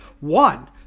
One